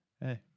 hey